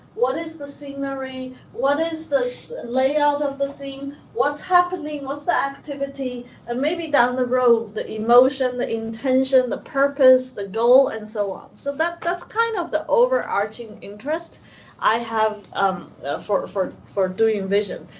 what is the scenery, what is the layout of the scene, what's happening, what's activity and maybe down the road, the emotion, the intention, the purpose, the goal and so on. so that that's kind of the overarching interest i have um for for doing vision.